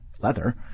leather